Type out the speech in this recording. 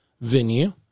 venue